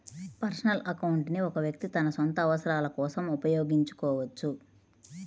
personal account ని ఒక వ్యక్తి తన సొంత అవసరాల కోసం ఉపయోగించుకోవచ్చు